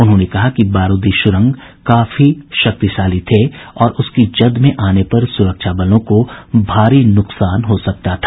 उन्होंने कहा कि बारूदी सुरंग काफी शक्तिशाली थे और उसकी जद में आने पर सुरक्षा बलों को भारी नुकसान हो सकता था